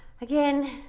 Again